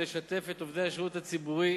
היא לשתף את עובדי השירות הציבורי